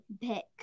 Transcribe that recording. pick